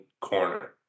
corner